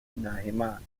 nahimana